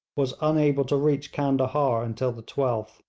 was unable to reach candahar until the twelfth.